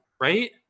right